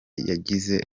yagize